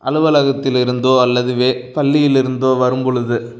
அலுவலகத்தில் இருந்தோ அல்லது வே பள்ளியில் இருந்தோ வரும்பொழுது